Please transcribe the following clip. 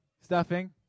stuffing